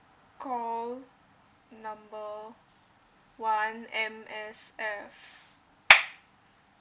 call number one M_S_F